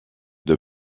deux